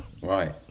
Right